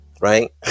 right